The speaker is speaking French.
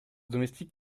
domestique